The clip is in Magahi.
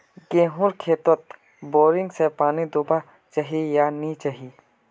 गेँहूर खेतोत बोरिंग से पानी दुबा चही या नी चही?